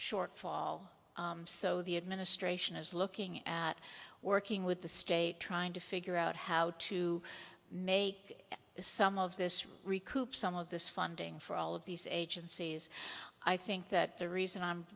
shortfall so the administration is looking at working with the state trying to figure out how to make some of this recoup some of this funding for all of these agencies i think that the reason i'm